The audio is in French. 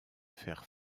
faire